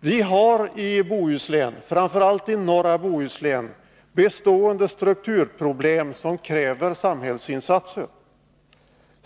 Vi har i Bohuslän, framför allt i norra Bohuslän, bestående strukturproblem, som kräver samhällsinsatser.